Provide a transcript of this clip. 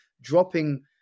dropping